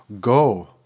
go